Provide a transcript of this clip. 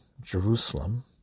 Jerusalem